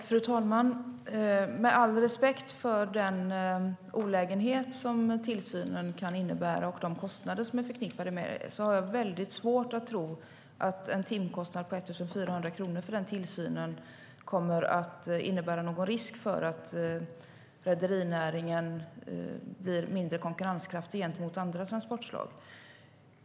Fru talman! Med all respekt för den olägenhet tillsynen kan innebära och de kostnader som är förknippade med den har jag väldigt svårt att tro att en timkostnad på 1 400 kronor kommer att innebära någon risk att rederinäringen blir mindre konkurrenskraftig gentemot andra transportslag.